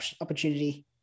opportunity